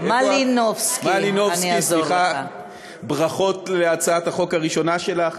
מלינובסקי, ברכות על הצעת החוק הראשונה שלך,